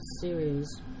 series